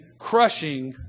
crushing